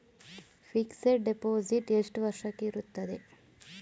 Fixed deposit ಎಷ್ಟು ವರ್ಷಕ್ಕೆ ಇರುತ್ತದೆ?